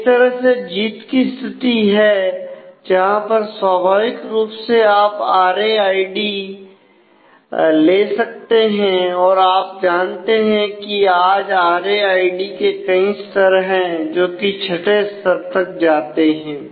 एक तरह से जीत की स्थिति है जहां पर स्वाभाविक रूप से आप आर ए आईडी ले सकते हैं और आप जानते हैं कि आज आर ए आई डी के कई स्तर है जोकि छठे स्तर तक जाते हैं